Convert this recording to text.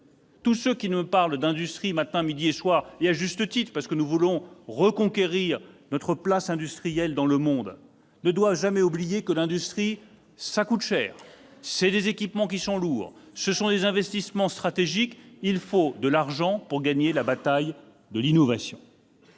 Tous ceux qui nous parlent d'industrie matin, midi et soir- à juste titre, parce que nous voulons reconquérir notre place industrielle dans le monde -ne doivent jamais oublier qu'elle coûte cher. Ce sont des équipements lourds et des investissements stratégiques. Oui, il faut de l'argent pour gagner la bataille de l'innovation.